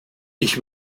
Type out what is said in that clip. ich